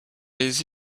les